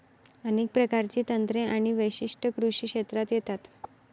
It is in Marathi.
अनेक प्रकारची तंत्रे आणि वैशिष्ट्ये कृषी क्षेत्रात येतात